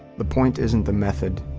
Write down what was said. the point isn't the method.